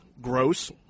gross